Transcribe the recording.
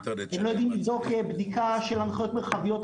הם לא יודעים לבדוק בדיקה של הנחיות מרחביות,